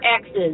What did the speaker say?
exes